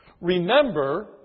Remember